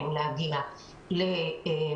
שנותן את השירות של האחיות והרופאים בתוך